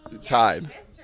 Tied